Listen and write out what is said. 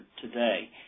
today